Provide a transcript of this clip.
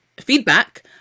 feedback